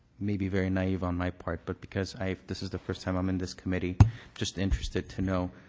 may be very naive on my part, but because i this is the first time i'm in this committee just interested to know.